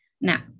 now